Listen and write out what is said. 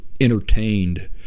entertained